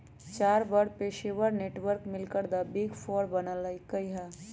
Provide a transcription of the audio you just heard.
चार बड़ पेशेवर नेटवर्क मिलकर द बिग फोर बनल कई ह